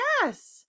yes